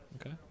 Okay